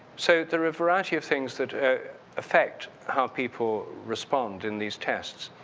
so, there are a variety of things that affect how people respond in these tests.